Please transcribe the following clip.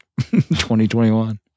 2021